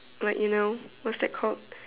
like you know what's that called